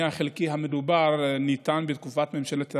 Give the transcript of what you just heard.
החלקי המדובר ניתן בתקופת ממשלת המעבר,